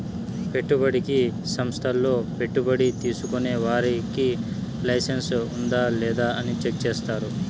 పెట్టుబడికి సంస్థల్లో పెట్టుబడి తీసుకునే వారికి లైసెన్స్ ఉందా లేదా అని చెక్ చేస్తారు